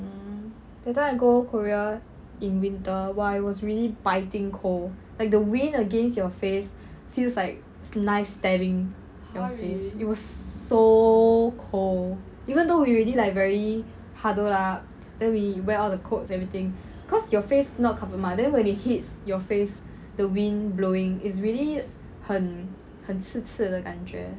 mm that time I go korea in winter !wah! it was really biting cold like the wind against your face feels like knife stabbing your face it was so cold even though we already like very huddle up then we wear all the coats everything cause your face not covered mah then when it hits your face the wind blowing is really 很很刺刺的感觉